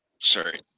sorry